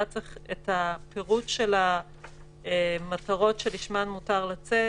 את הפירוט של המטרות שלשמן מותר לצאת